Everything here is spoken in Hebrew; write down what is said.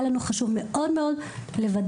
היה לנו חשוב מאוד מאוד לוודא,